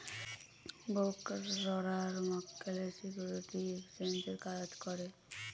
ব্রোকাররা মক্কেলের সিকিউরিটি এক্সচেঞ্জের কাজ করে